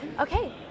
Okay